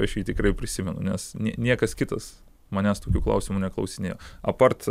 aš jį tikrai prisimenu nes nie niekas kitas manęs tokių klausimų neklausinėjo apart